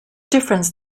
difference